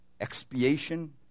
Expiation